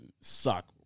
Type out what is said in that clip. suck